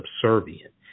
subservient